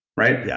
right? yeah